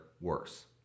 worse